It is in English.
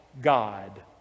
God